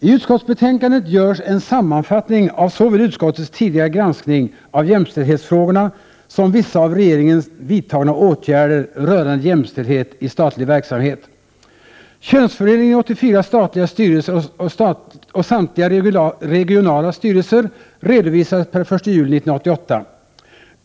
I utskottsbetänkandet görs en sammanfattning av såväl utskottets tidigare granskning av jämställdhetsfrågorna som vissa av regeringen vidtagna åtgärder rörande jämställdhet i statlig verksamhet. Könsfördelningen i 84 statliga styrelser och samtliga regionala styrelser redovisas per den 1 juli 1988.